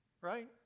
right